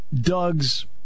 Doug's